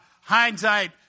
hindsight